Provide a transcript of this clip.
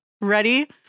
ready